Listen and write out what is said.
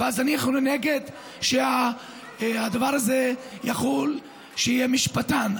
ואנחנו נגד שהדבר הזה יחול, שיהיה משפטן.